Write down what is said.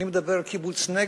אני מדבר על קיבוץ נגבה,